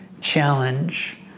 challenge